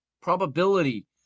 probability